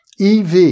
EV